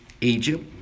Egypt